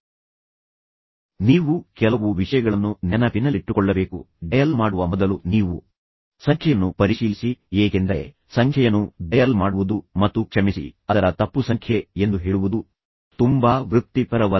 ನೀವು ಮತ್ತೆ ಕರೆ ಮಾಡಿದಾಗ ನೀವು ಕೆಲವು ವಿಷಯಗಳನ್ನು ನೆನಪಿನಲ್ಲಿಟ್ಟುಕೊಳ್ಳಬೇಕು ಡಯಲ್ ಮಾಡುವ ಮೊದಲು ನೀವು ಸಂಖ್ಯೆಯನ್ನು ಪರಿಶೀಲಿಸಿ ಏಕೆಂದರೆ ಸಂಖ್ಯೆಯನ್ನು ಡಯಲ್ ಮಾಡುವುದು ಮತ್ತು ಕ್ಷಮಿಸಿ ಅದರ ತಪ್ಪು ಸಂಖ್ಯೆ ಎಂದು ಹೇಳುವುದು ತುಂಬಾ ವೃತ್ತಿಪರವಲ್ಲ